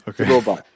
Okay